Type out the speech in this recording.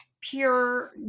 pure